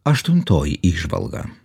aštuntoji įžvalga